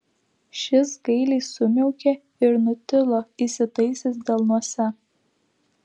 šis gailiai sumiaukė ir nutilo įsitaisęs delnuose